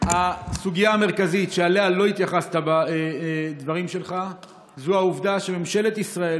הסוגיה המרכזית שאליה לא התייחסת בדברים שלך זו העובדה שממשלת ישראל,